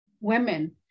women